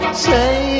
say